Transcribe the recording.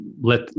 let